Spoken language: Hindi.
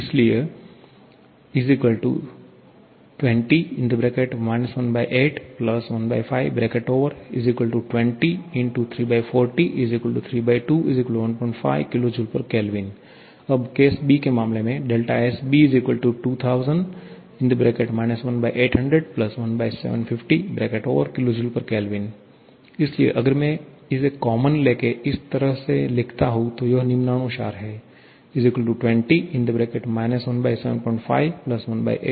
इसलिए यह 20 181520 x 3403215 kJK अब केस b के मामले में Sb 2000 18001750 kJK इसलिए अगर मैं इसे कॉमन लेके इस तरह से लिखता हूं तो यह निम्नानुसार है 20 1751 8